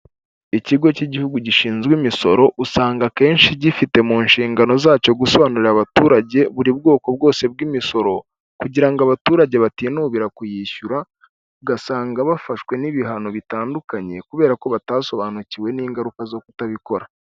Ikigo cy'igihugu gishinzwe imisoro usanga akenshi gifite mu nshingano zacyo gusobanurira abaturage buri bwoko bwose bw'imisoro, kugira ngo abaturage batinubira kuyishyura ugasanga bafashwe n'ibihano bitandukanye kubera ko batasobanukiwe n'ingaruka zo kutabikora.